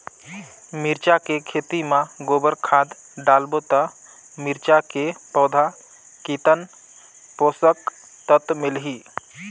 मिरचा के खेती मां गोबर खाद डालबो ता मिरचा के पौधा कितन पोषक तत्व मिलही?